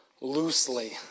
loosely